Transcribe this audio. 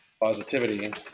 positivity